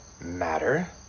matter